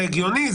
זה הגיוני.